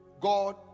God